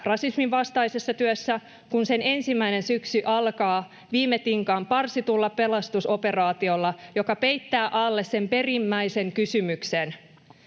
rasismin vastaisessa työssä, kun sen ensimmäinen syksy alkaa viime tinkaan parsitulla pelastusoperaatiolla, joka peittää alleen sen perimmäisen kysymyksen?